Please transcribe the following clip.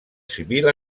civil